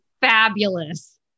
fabulous